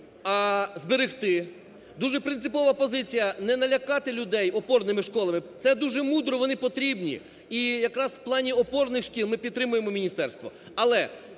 а зберегти. Дуже принципова позиція не налякати людей опорними школами, це дуже мудро, вони потрібні. І якраз в плані опорних шкіл ми підтримуємо міністерство,